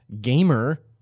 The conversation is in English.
Gamer